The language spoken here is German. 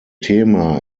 thema